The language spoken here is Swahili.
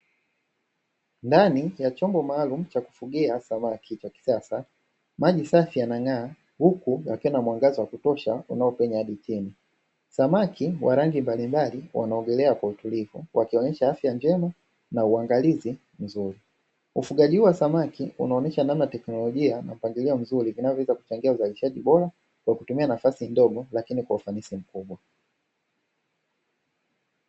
Ndani ya chombo maalumu cha kufugia samaki cha kisasa. Maji safi yanang'aa huku mwangaza ukipenya wa kutosha unaofika hadi chini. Samaki wa rangi mbalimbali wanaogelea kwa utulivu wakionyesha afya njema na uangalizi mzuri. Ufugaji huu wa samaki unaonyesha namna teknolojia na mipangilio mizuri vinavyoweza kuchangia uzalishaji bora kwa kutumia nafasi ndogo lakini kwa ufanisi mkubwa.